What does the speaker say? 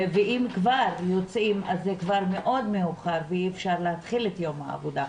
ואם כבר יוצאים אז זה מאוד מאוחר ואי אפשר להתחיל את יום העבודה.